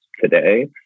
today